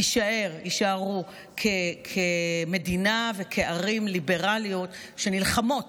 תישאר מדינה ליברלית ויישארו ערים ליברליות שנלחמות